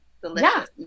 delicious